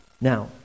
Now